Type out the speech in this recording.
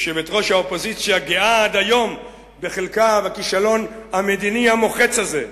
יושבת-ראש האופוזיציה גאה עד היום בחלקה בכישלון המדיני המוחץ הזה.